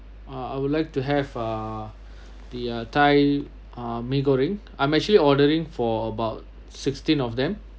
uh I would like to have uh the uh thai uh mee goreng I'm actually ordering for about sixteen of them